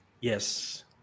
Yes